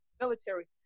military